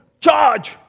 charge